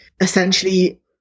essentially